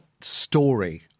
story